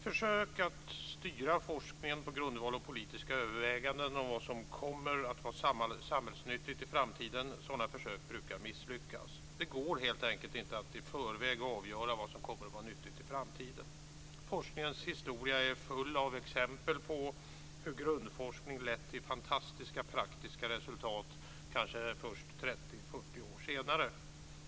Försök att styra forskningen på grundval av politiska överväganden om vad som kommer att vara samhällsnyttigt i framtiden brukar misslyckas. Det går helt enkelt inte att i förväg avgöra vad som kommer att vara nyttigt i framtiden. Forskningens historia är full av exempel på hur grundforskning lett till fantastiska praktiska resultat kanske först 30-40 år senare.